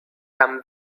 tam